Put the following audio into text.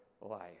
life